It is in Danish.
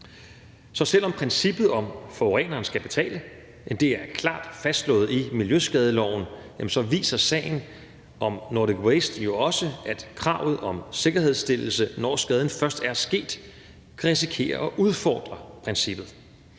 Så selv om princippet om, at forureneren skal betale, er klart fastslået i miljøskadeloven, viser sagen om Nordic Waste jo også, at kravet om sikkerhedsstillelse, når skaden først er sket, kan risikere at udfordre princippet.